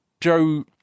Joe